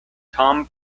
tom